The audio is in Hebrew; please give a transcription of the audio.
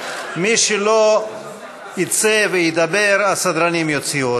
מי שלא יצא, וידבר, הסדרנים יוציאו אותו.